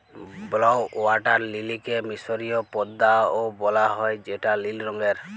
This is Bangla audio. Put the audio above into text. ব্লউ ওয়াটার লিলিকে মিসরীয় পদ্দা ও বলা হ্যয় যেটা লিল রঙের